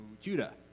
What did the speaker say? Judah